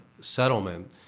settlement